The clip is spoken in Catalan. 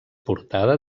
portada